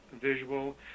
visual